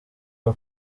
aha